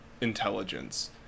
intelligence